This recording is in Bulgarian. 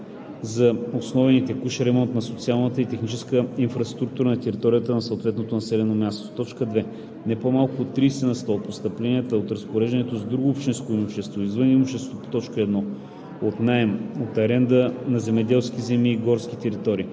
за основен и текущ ремонт на социалната и техническата инфраструктура на територията на съответното населено място; 2. не по-малко от 30 на сто от постъпленията от разпореждането с друго общинско имущество, извън имуществото по т. 1, от наем, от аренда на земеделски земи и горски територии